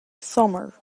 summer